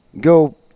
go